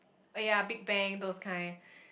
oh ya Big-Bang those kind